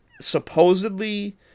supposedly